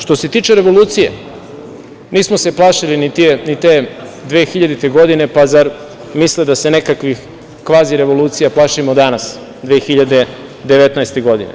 Što se tiče revolucije, nismo se plašili ni te 2000. godine, pa zar misle da se nekakvih kvazi revolucija plašimo danas, 2019. godine.